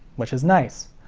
which is nice.